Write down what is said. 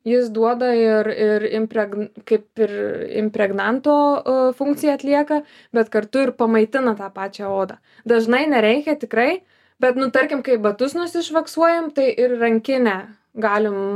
jis duoda ir ir impreg kaip ir impregnanto funkciją atlieka bet kartu ir pamaitina tą pačią odą dažnai nereikia tikrai bet nu tarkim kai batus nusišvaksuojam tai ir rankinę galim